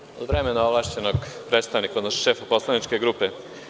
Koristiću od vremena ovlašćenog predstavnika, odnosno šefa poslaničke grupe.